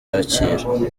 kacyiru